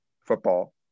football